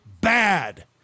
bad